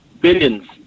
billions